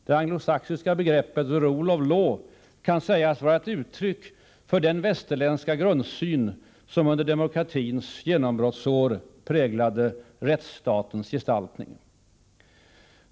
Det anglosaxiska begreppet the rule of law kan sägas vara ett uttryck för den västerländska grundsyn som under demokratins genombrottsår präglade rättsstatens gestaltning.